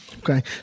Okay